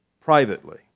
Privately